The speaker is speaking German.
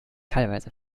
teilweise